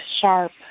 sharp